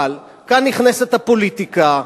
אבל כאן נכנסת הפוליטיקה,